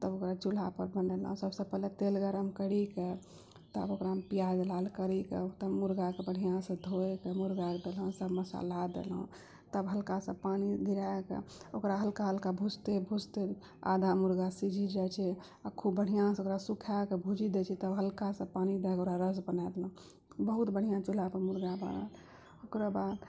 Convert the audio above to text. तब ओकरा चूल्हापर बनैलहुँ सबसँ पहिले तेल गरम करिके तब अपन पियाज लाल करिके तब मुर्गाके बढ़िआँ से धोके मुर्गा देलहुँ सब मसाला देलहुँ तब हल्का सा पानि गिरायके ओकरा हल्का हल्का भुजतय भुजतय आधा मुर्गा सीझी जाइ छै आओर खूब बढ़िआँसँ ओकरा सुखायके भुजि दै छियै तब हल्का सा पानि देके ओकरा रस बनाय देलहुँ बहुत बढ़िआँ चूल्हापर मुर्गा बनल ओकराबाद